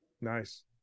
nice